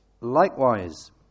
likewise